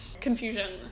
confusion